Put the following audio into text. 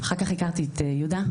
אחר כך הכרתי את יהודה.